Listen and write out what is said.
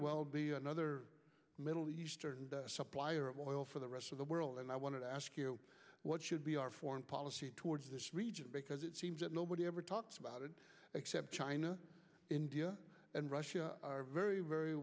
well be another middle eastern supplier of oil for the rest of the world and i want to ask you what should be our foreign policy towards the region because it seems that nobody ever talks about it except china india and russia are very very